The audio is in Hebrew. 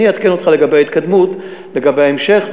אני אעדכן אותך לגבי ההתקדמות, לגבי ההמשך.